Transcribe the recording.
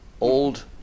Old